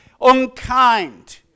unkind